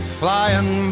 flying